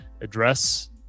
address